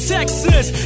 Texas